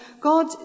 God